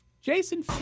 Jason